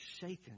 shaken